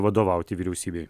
vadovauti vyriausybei